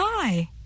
Hi